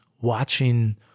watching